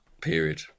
period